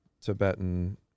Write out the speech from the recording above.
Tibetan